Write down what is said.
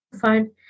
phone